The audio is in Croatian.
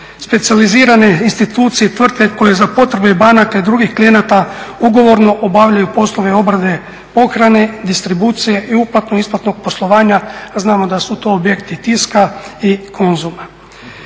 specijalizirane institucije, tvrtke koje za potrebu i banaka i drugih klijenata ugovorno obavljaju poslove obrade pohrane, distribucije i uplatno-isplatnog poslovanja, znamo da su to objekti Tiska i Konzuma.